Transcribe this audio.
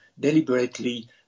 deliberately